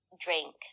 drink